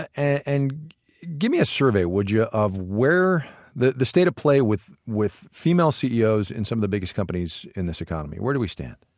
ah and give me a survey, would you, ah of the the state of play with with female ceos in some of the biggest companies in this economy, where do we stand?